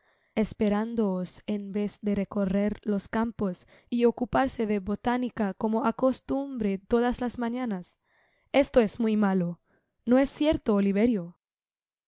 esperándoos en vez de recorrer los campos y ocuparse de botánica como acostumbre todas las mañanas esto es muy malo no es cierto oliverio